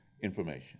information